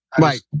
Right